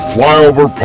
Flyover